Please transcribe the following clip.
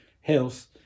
health